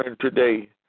today